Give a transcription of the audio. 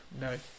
No